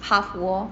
path [wor]